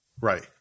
Right